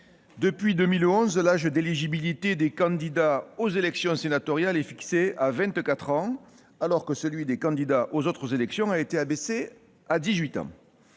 depuis 2011, l'âge d'éligibilité des candidats aux élections sénatoriales est fixé à vingt-quatre ans, alors que celui des candidats aux autres élections a été abaissé à